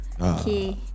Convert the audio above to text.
Okay